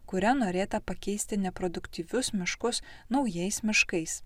kuria norėta pakeisti neproduktyvius miškus naujais miškais